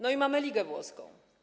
No i mamy Ligę włoską.